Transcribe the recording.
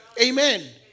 Amen